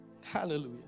hallelujah